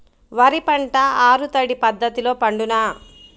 వరి పంట ఆరు తడి పద్ధతిలో పండునా?